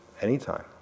anytime